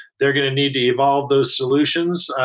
they're going to need to evolve those solutions.